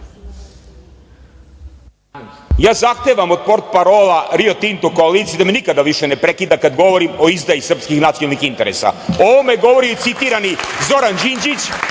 Ja zahtevam od portparola Rio Tinta koalicije da me nikada više ne prekida kada govorim o izdaji srpskih nacionalnih interesa. O ovome govori i citiram ih: Zoran Đinđić,